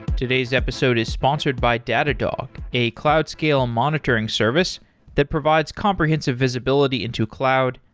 today's episode is sponsored by datadog, a cloud scale monitoring service that provides comprehensive visibility into cloud,